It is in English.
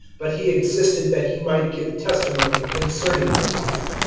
but he existed that he might give testimony concerning the light.